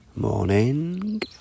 Morning